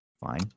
fine